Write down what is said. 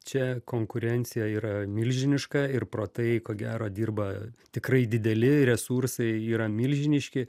čia konkurencija yra milžiniška ir pro tai ko gero dirba tikrai dideli resursai yra milžiniški